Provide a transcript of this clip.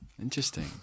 Interesting